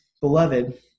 Beloved